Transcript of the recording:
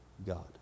God